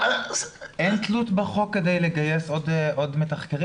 אין תלות בחוק כדי לגייס עוד מתחקרים?